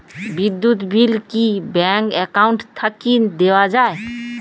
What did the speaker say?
বিদ্যুৎ বিল কি bank account থাকি দেওয়া য়ায়?